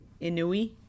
Inui